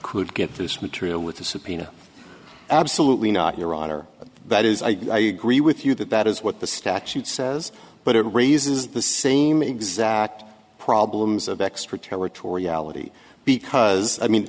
could get this material with a subpoena absolutely not your honor that is i agree with you that that is what the statute says but it raises the same exact problems of extraterritoriality because i mean